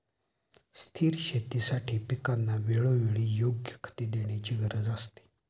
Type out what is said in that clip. स्थिर शेतीसाठी पिकांना वेळोवेळी योग्य खते देण्याची गरज असते